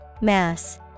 Mass